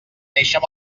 néixer